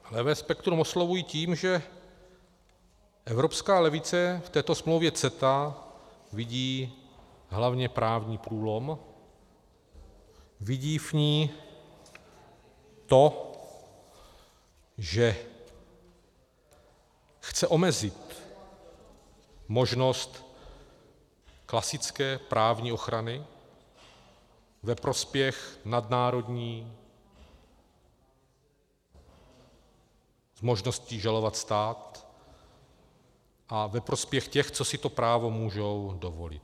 Levé spektrum oslovuji tím, že evropská levice v této smlouvě CETA vidí hlavně právní průlom, vidí v ní to, že chce omezit možnost klasické právní ochrany ve prospěch nadnárodní s možností žalovat stát a ve prospěch těch, co si to právo můžou dovolit.